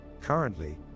Currently